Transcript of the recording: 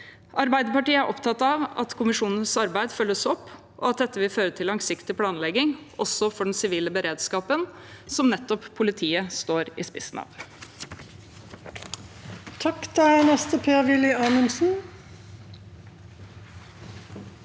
Arbeiderpartiet er opptatt av at kommisjonenes arbeid følges opp, og at dette vil føre til langsiktig planlegging, også for den sivile beredskapen, som nettopp politiet står i spissen for.